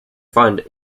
fund